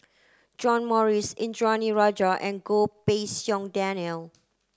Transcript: John Morrice Indranee Rajah and Goh Pei Siong Daniel